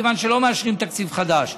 מכיוון שלא מאשרים תקציב חדש.